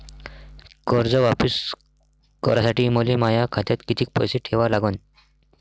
कर्ज वापिस करासाठी मले माया खात्यात कितीक पैसे ठेवा लागन?